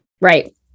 Right